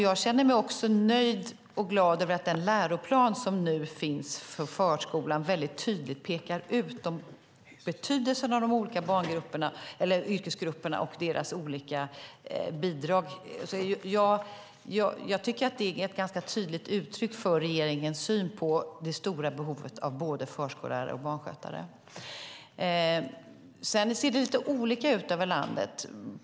Jag känner mig också nöjd och glad över att den läroplan som nu finns för förskolan mycket tydligt pekar ut betydelsen av de olika yrkesgrupperna och deras olika bidrag. Det är ett ganska tydligt uttryck för regeringens syn på det stora behovet av både förskollärare och barnskötare. Sedan ser det lite olika ut över landet.